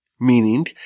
meaning